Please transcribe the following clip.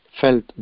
felt